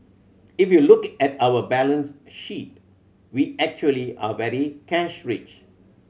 if you look at our balance sheet we actually are very cash rich